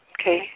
Okay